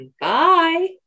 bye